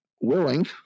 willing